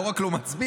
ולא רק לא מצביע.